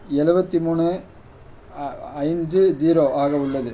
எழுவத்தி மூணு அஞ்சு ஜீரோ ஆக உள்ளது